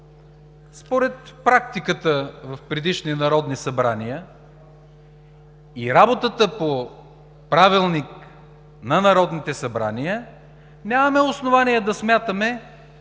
според практиката в предишни народни събрания и работата по Правилник на народните събрания нямаме основание да смятаме,